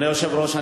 אדוני היושב-ראש,